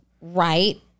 Right